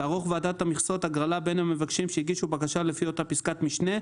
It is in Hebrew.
תערוך ועדת המכסות הגרלה בין המבקשים שהגישו בקשה לפי אותה פסקת משנה,